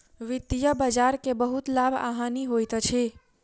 वित्तीय बजार के बहुत लाभ आ हानि होइत अछि